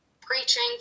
preaching